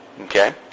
Okay